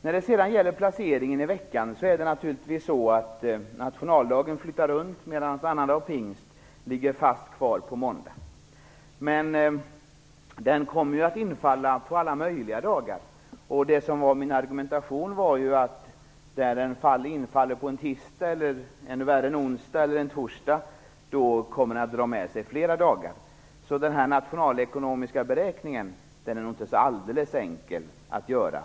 När det sedan gäller placeringen i veckan flyttar nationaldagen runt medan annandag pingst ligger fast kvar på måndag. Nationaldagen kommer alltså att infalla på alla möjliga dagar. Min argumentation var ju att när den infaller på en tisdag, eller ännu värre på en onsdag eller torsdag, kommer den att dra med sig flera dagar. Den nationalekonomiska beräkningen är nog inte så alldeles enkel att göra.